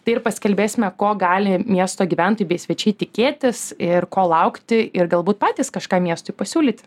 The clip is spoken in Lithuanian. tai ir pasikalbėsime ko gali miesto gyventojai bei svečiai tikėtis ir ko laukti ir galbūt patys kažką miestui pasiūlyti